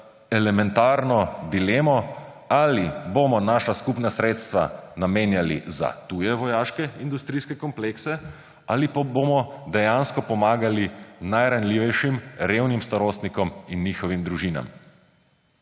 elementarno dilemo, ali bomo naša skupna sredstva namenjali za tuje vojaške industrijske komplekse ali pa bomo dejansko pomagali najranljivejšim, revnim starostnikom in njihovim družinam.